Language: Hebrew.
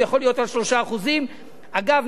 הוא יכול להיות של 3%. אגב,